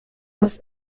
was